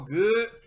good